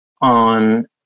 on